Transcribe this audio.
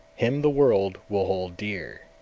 him the world will hold dear.